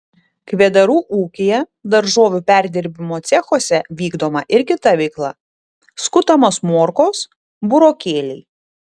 kvedarų ūkyje daržovių perdirbimo cechuose vykdoma ir kita veikla skutamos morkos burokėliai